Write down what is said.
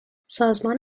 سازمان